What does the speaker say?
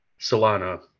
Solana